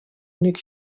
únic